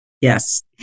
Yes